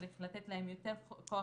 צריך לתת להן יותר כוח,